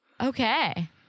Okay